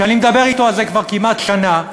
שאני מדבר אתו על זה כבר כמעט שנה,